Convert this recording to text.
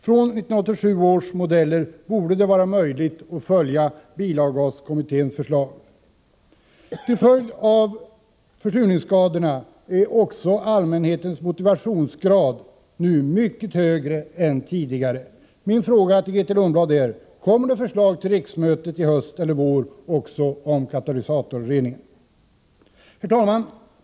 Från 1987 års modeller borde det vara möjligt att följa bilavgaskommitténs förslag. Till följd av försurningsskadorna är också allmänhetens motivationsgrad nu mycket högre än tidigare. Min fråga till Grethe Lundblad är: Kommer det förslag till riksmötet, i höst eller i vår, också om katalysatorreningen? Herr talman!